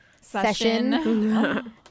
session